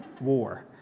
War